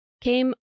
came